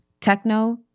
Techno